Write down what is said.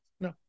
no